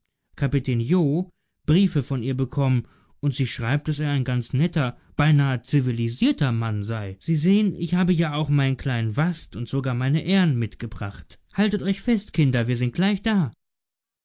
briefe von ihr bekommen und sie schreibt daß er ein ganz netter beinahe zivilisierter mann sei sie sehen ich habe ja auch meinen kleinen wast und sogar meine ern mitgebracht haltet euch fest kinder wir sind gleich da